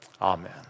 Amen